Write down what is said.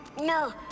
No